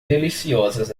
deliciosas